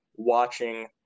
watching